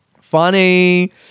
funny